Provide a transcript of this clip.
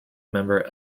member